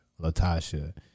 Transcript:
Latasha